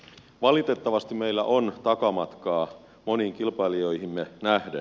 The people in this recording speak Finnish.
valitettavasti meillä on takamatkaa moniin kilpailijoihimme nähden